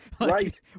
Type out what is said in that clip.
Right